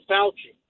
Fauci